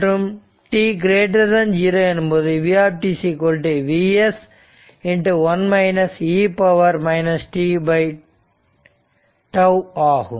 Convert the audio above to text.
மற்றும் t0 எனும்போது v Vs 1 e tτ ஆகும்